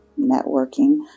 networking